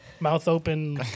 mouth-open